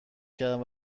کردم